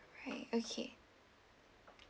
right okay